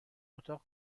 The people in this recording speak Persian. اتاق